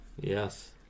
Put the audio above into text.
Yes